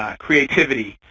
ah creativity,